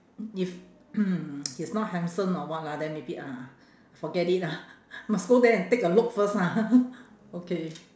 if he's not handsome or what lah then maybe ah forget it lah must go there and take a look first lah okay